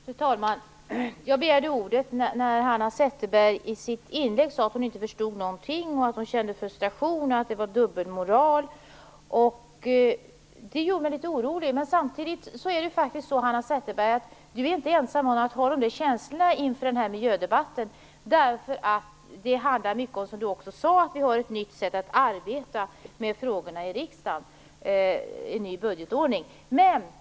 Fru talman! Jag begärde ordet när Hanna Zetterberg i sitt inlägg sade att hon inte förstod någonting, att hon kände frustration och att det var dubbelmoral. Det gjorde mig litet orolig. Samtidigt är Hanna Zetterberg inte ensam om att ha sådana känslor inför den här miljödebatten. Det handlar nämligen mycket om, som hon sade, att vi har ett nytt sätt att arbeta med frågorna i riksdagen, att vi har en ny budgetordning.